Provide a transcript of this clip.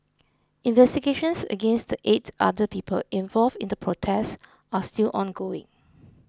investigations against the eight other people involved in the protest are still ongoing